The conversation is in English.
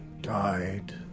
Died